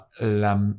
La